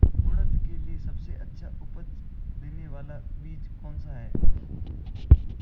उड़द के लिए सबसे अच्छा उपज देने वाला बीज कौनसा है?